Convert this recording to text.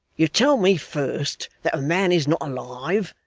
you tell me, first, that a man is not alive,